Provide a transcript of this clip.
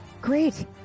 great